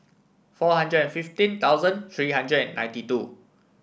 four hundred and fifteen thousand three hundred and ninety two